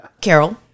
carol